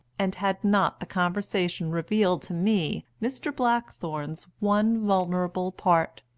and had not the conversation revealed to me mr. blackthorn's one vulnerable part?